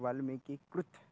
वाल्मीकिः कृतः